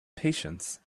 patience